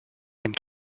and